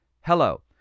Hello